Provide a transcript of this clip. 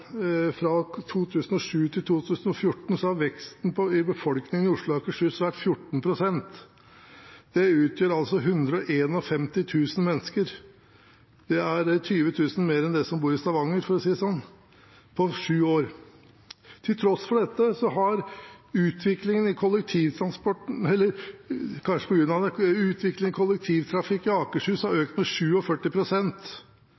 fra 2007–2014, har veksten i befolkningen i Oslo og Akershus vært 14 pst. Det utgjør altså 151 000 mennesker. Det er 20 000 mer enn det bor i Stavanger – for å si det sånn – på syv år. På grunn av dette har utviklingen i kollektivtrafikken i Akershus økt med 47 pst. Kollektivtrafikken i Oslo har økt med 35 pst. Veitrafikken i Akershus har økt med